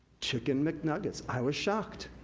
chicken mcnuggets, i was shocked.